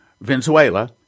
Venezuela